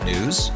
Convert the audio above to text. News